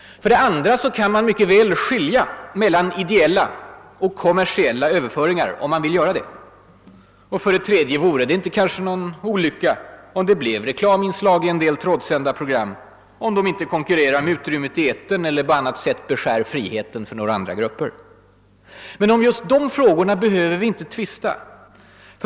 För det andra kan man mycket väl skilja mellan ideella och kommersiella överföringar, om man vill göra det. För det tredje vore det kanske inte någon olycka om det blev reklaminslag i en del trådsända program, när de inte konkurrerar med utrymmet i etern eller beskär friheten för några andra grupper. Men om de frågorna behöver vi inte tvista.